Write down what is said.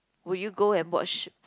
will you go and watch